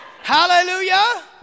Hallelujah